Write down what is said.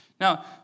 Now